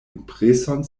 impreson